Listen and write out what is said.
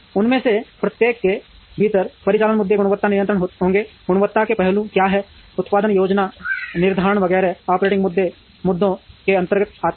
उनमें से प्रत्येक के भीतर परिचालन मुद्दे गुणवत्ता नियंत्रण होंगे गुणवत्ता के पहलू क्या हैं उत्पादन योजना निर्धारण वगैरह ऑपरेटिंग मुद्दों के अंतर्गत आते हैं